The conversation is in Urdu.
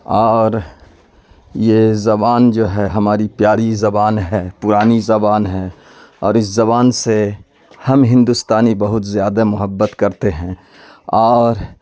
اور یہ زبان جو ہے ہماری پیاری زبان ہے پرانی زبان ہے اور اس زبان سے ہم ہندوستانی بہت زیادہ محبت کرتے ہیں اور